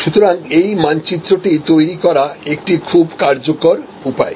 সুতরাং এই মানচিত্রটি তৈরি করা একটি খুব কার্যকর উপায়